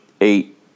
eight